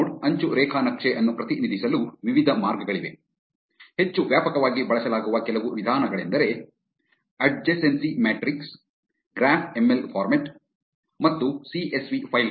ನೋಡ್ ಅಂಚು ರೇಖಾ ನಕ್ಷೆ ಅನ್ನು ಪ್ರತಿನಿಧಿಸಲು ವಿವಿಧ ಮಾರ್ಗಗಳಿವೆ ಹೆಚ್ಚು ವ್ಯಾಪಕವಾಗಿ ಬಳಸಲಾಗುವ ಕೆಲವು ವಿಧಾನಗಳೆಂದರೆ adjacency matrix graph ML format ಮತ್ತು ಸಿ ಎಸ್ ವಿ ಫೈಲ್ ಗಳು